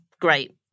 great